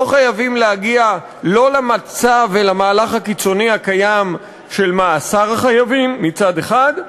לא חייבים להגיע לא למצב ולמהלך הקיצוני הקיים של מאסר החייבים מצד אחד,